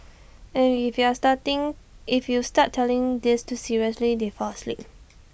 and if you are starting if you start telling this too seriously they fall asleep